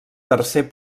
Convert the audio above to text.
tercer